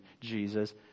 Jesus